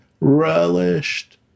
relished